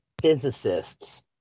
physicists